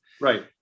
Right